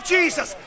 Jesus